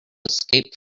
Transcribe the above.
escape